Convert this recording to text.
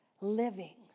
living